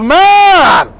man